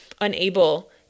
unable